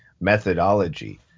methodology